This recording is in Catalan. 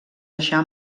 deixar